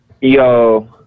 Yo